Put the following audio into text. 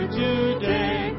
today